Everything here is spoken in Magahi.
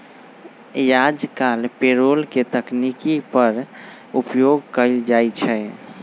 याजकाल पेरोल के तकनीक पर उपयोग कएल जाइ छइ